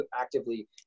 actively